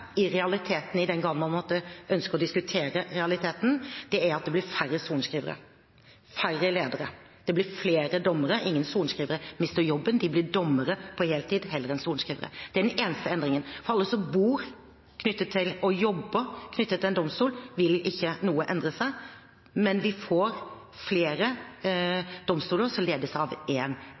i realiteten – i den grad man måtte ønske å diskutere realiteten – er at det blir færre sorenskrivere, færre ledere. Det blir flere dommere. Ingen sorenskrivere mister jobben. De blir dommere på heltid heller enn sorenskrivere. Det er den eneste endringen. For alle som bor og jobber knyttet til en domstol, vil ikke noe endre seg, men vi får flere domstoler som ledes av